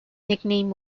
nickname